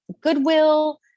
Goodwill